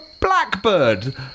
blackbird